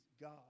God